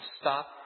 stop